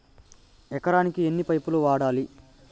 ఎకరాకి ఎన్ని పైపులు వాడాలి?